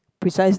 precise